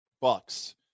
bucks